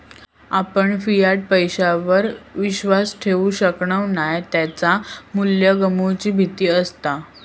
आपण फियाट पैशावर विश्वास ठेवु शकणव नाय त्याचा मू्ल्य गमवुची भीती असता